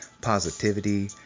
positivity